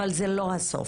אבל זה לא הסוף.